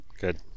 Good